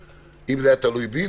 אם זה היה תלוי בי,